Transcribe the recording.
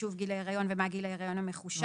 לחישוב גיל ההיריון ומה גיל ההיריון המחושב,